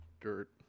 Dirt